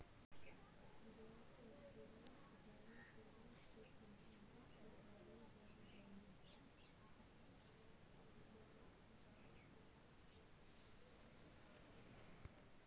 बहुत बड़ा भूभाग सिंचाई लगी अब भी वर्षा पर निर्भर हई